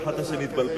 כרמל, פחדת שנתבלבל?